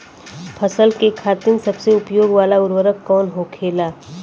फसल के खातिन सबसे उपयोग वाला उर्वरक कवन होखेला?